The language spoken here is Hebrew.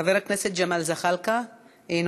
חבר הכנסת ג'מאל זחאלקה, אינו